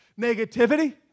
negativity